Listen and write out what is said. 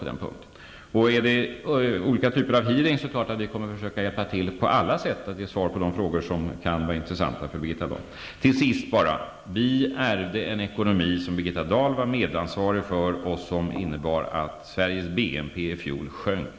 Om det blir en hearing kommer vi självfallet att försöka hjälpa till på alla sätt för att ge svar på de frågor som kan vara intressanta för Till sist vill jag bara säga att vi ärvde en ekonomi som Birgitta Dahl var medansvarig för och som innebar att Sveriges BNP i fjol sjönk.